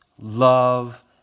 Love